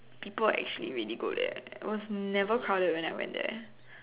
people actually really go there it was never crowded when I went there